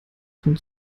kommt